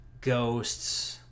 ghosts